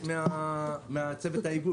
בוודאי, הם חלק מצוות ההיגוי.